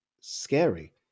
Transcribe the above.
scary